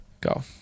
go